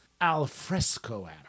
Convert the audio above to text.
alfresco